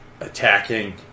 attacking